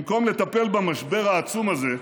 במקום לטפל במשבר העצום הזה,